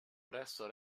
presso